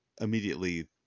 immediately